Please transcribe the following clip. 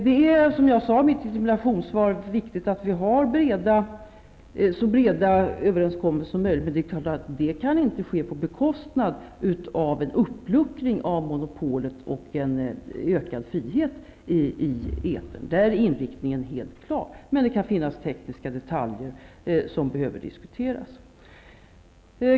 Det är, som jag sade i mitt interpellationssvar, viktigt att vi når så breda överenskommelser som möjligt, men det kan inte ske på bekostnad av en uppluckring av monopolet och en ökad frihet i etern. Där är inriktningen helt klar. Men det kan finnas tekniska detaljer som behöver diskuteras.